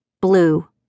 blue